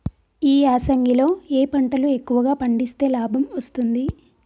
ఈ యాసంగి లో ఏ పంటలు ఎక్కువగా పండిస్తే లాభం వస్తుంది?